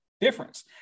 difference